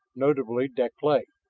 notably deklay,